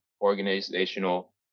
organizational